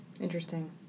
Interesting